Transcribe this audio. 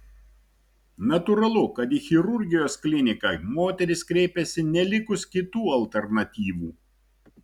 natūralu kad į chirurgijos kliniką moterys kreipiasi nelikus kitų alternatyvų